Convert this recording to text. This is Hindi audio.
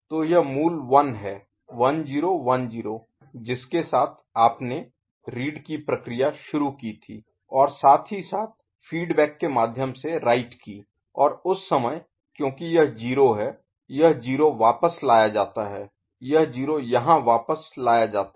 तो यह मूल 1 है 1010 जिसके साथ आपने रीड की प्रक्रिया शुरू की थी और साथ ही साथ फीडबैक के माध्यम से राइट की और उस समय क्योंकि यह 0 है यह 0 वापस लाया जाता है यह 0 यहाँ वापस लाया जाता है